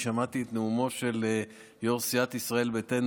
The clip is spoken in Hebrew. שמעתי את נאומו של יו"ר סיעת ישראל ביתנו